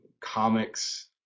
Comics